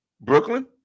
Brooklyn